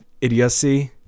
idiocy